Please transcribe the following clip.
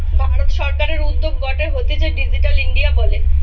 ভারত সরকারের উদ্যোগ গটে হতিছে ডিজিটাল ইন্ডিয়া বলে